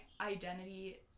identity